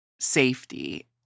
safety